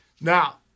Now